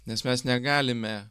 nes mes negalime